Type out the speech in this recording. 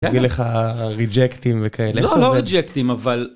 לך ריג'קטים וכאלה. לא, לא ריג'קטים, אבל...